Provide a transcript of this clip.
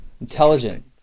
Intelligent